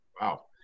Wow